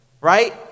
right